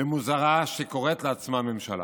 ומוזרה שקוראת לעצמה ממשלה.